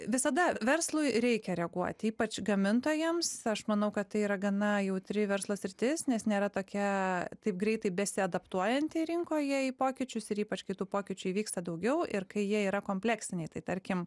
visada verslui reikia reaguot ypač gamintojams aš manau kad tai yra gana jautri verslo sritis nes nėra tokia taip greitai besiadaptuojanti rinkoje į pokyčius ir ypač kai tų pokyčių įvyksta daugiau ir kai jie yra kompleksiniai tai tarkim